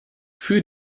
für